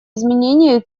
изменения